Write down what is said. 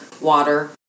water